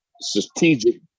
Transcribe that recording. strategic